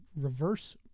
reverse